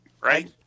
Right